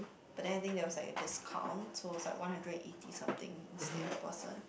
but then I think there was like a discount so it's like one hundred and eighty something instead a person